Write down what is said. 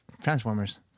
Transformers